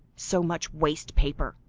so much waste paper.